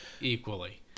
equally